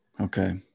Okay